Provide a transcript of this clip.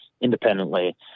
independently